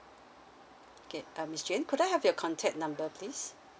K uh miss jane could I have your contact number please